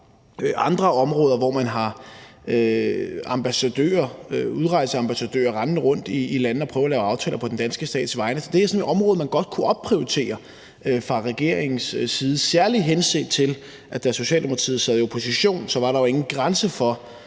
andre lande, hvor man har udrejseambassadører rendende rundt, der prøver at lave aftaler på den danske stats vegne. Så det er et område, som man godt kunne opprioritere fra regeringens side. Det er særlig henset til, at da Socialdemokratiet sad i opposition, var der jo ingen grænser for,